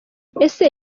ese